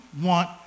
want